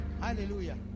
hallelujah